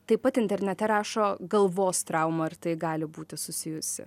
taip pat internete rašo galvos trauma ar tai gali būti susijusi